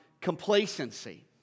complacency